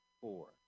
four